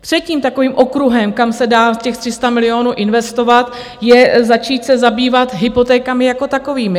Třetím takovým okruhem, kam se dá těch 300 milionů investovat, je začít se zabývat hypotékami jako takovými.